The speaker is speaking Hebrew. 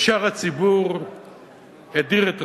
ושאר הציבור הדיר את רגליו.